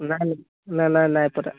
নাই নাই নাই নাই নাই পতা